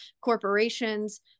corporations